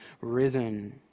risen